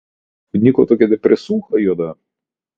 apniko tokia depresūcha juoda